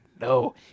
No